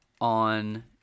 on